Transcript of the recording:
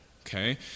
Okay